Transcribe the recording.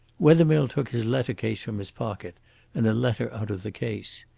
wethermill took his letter-case from his pocket and a letter out of the case.